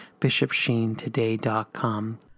bishopsheentoday.com